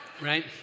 right